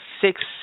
six